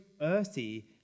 earthy